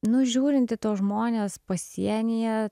nu žiūrinti tuos žmones pasienyje